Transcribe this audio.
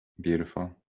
Beautiful